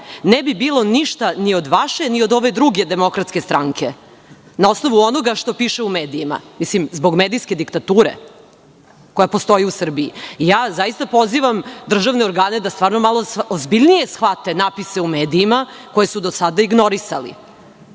ne bi bilo ništa ni od vaše, ni od ove druge DS na osnovu onoga što piše u medijima, mislim, zbog medijske diktature koja postoji u Srbiji. Zaista, pozivam državne organe da malo ozbiljnije shvate natpise u medijima koje su do sada ignorisali,